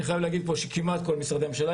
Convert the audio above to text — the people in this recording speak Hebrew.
אני חייב להגיד פה שכמעט כל משרדי הממשלה,